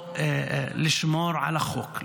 לשמור על החוק,